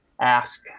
ask